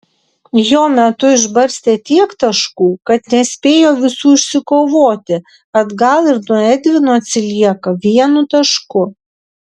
jo metu išbarstė tiek taškų kad nespėjo visų išsikovoti atgal ir nuo edvino atsilieka vienu tašku